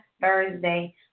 Thursday